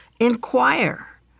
inquire